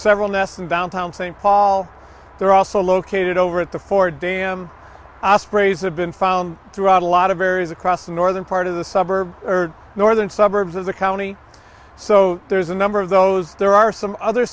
several nests in downtown st paul they're also located over at the ford dam sprays have been found throughout a lot of areas across the northern part of the suburb or northern suburbs of the county so there's a number of those there are some other